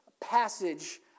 passage